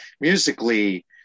musically